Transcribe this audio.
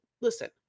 listen